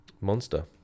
monster